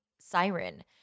siren